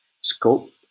scope